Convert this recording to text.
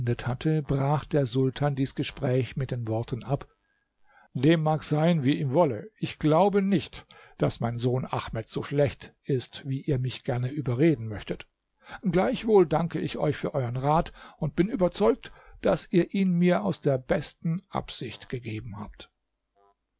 hatte brach der sultan dies gespräch mit den worten ab dem mag sein wie ihm wolle ich glaube nicht daß mein sohn ahmed so schlecht ist wie ihr mich gerne überreden möchtet gleichwohl danke ich euch für euern rat und bin überzeugt daß ihr ihn mir aus der besten absicht gegeben habt